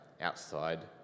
outside